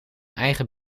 eigen